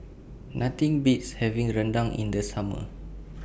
Nothing Beats having Rendang in The Summer